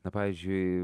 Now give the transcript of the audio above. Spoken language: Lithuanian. na pavyzdžiui